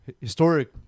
historic